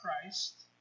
Christ